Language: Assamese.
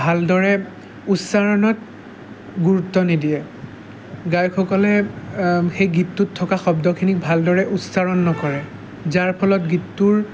ভালদৰে উচ্চাৰণত গুৰুত্ব নিদিয়ে গায়কসকলে সেই গীতটোত থকা শব্দখিনিক ভালদৰে উচ্চাৰণ নকৰে যাৰফলত গীতটোৰ